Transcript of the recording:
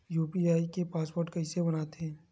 UPI के password कइसे बनाथे?